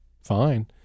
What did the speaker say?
fine